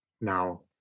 Now